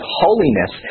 holiness